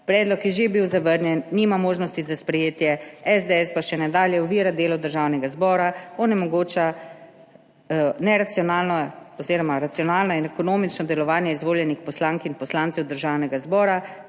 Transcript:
Predlog je že bil zavrnjen, nima možnosti za sprejetje, SDS pa še nadalje ovira delo Državnega zbora, onemogoča racionalno in ekonomično delovanje izvoljenih poslank in poslancev Državnega zbora,